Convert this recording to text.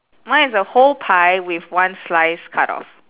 mine is a whole pie with one slice cut off